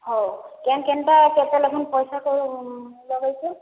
ହଉ କେନ୍ କେନ୍ଟା କେତେ ଲେଖାନ୍ ପଇସା ସବୁ ଲଗେଇଛ